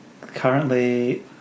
currently